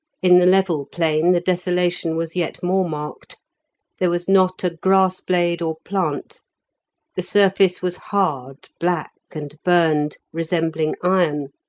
in the level plain the desolation was yet more marked there was not a grass-blade or plant the surface was hard, black, and burned, resembling iron,